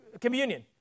communion